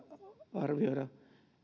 arvioida